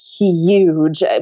huge